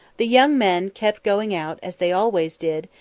the young men kept going out, as they always did,